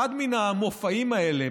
אחת מן המופעים האלה,